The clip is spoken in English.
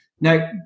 Now